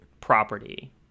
property